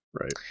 Right